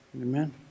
Amen